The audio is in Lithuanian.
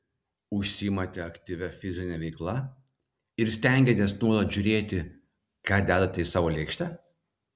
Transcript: užsiimate aktyvia fizine veikla ir stengiatės nuolat žiūrėti ką dedate į savo lėkštę